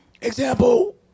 Example